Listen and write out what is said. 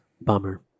bummer